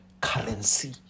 currency